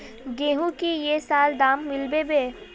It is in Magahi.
गेंहू की ये साल दाम मिलबे बे?